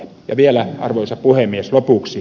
ja vielä arvoisa puhemies lopuksi